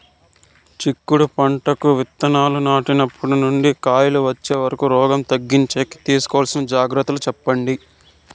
చిక్కుడు పంటకు విత్తనాలు నాటినప్పటి నుండి కాయలు వచ్చే వరకు రోగం తగ్గించేకి తీసుకోవాల్సిన జాగ్రత్తలు చెప్పండి?